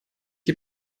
die